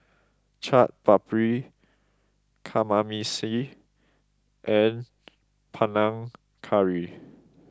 Chaat Papri Kamameshi and Panang Curry